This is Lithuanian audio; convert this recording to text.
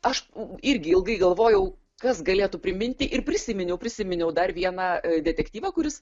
aš irgi ilgai galvojau kas galėtų priminti ir prisiminiau prisiminiau dar vieną detektyvą kuris